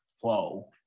flow